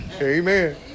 Amen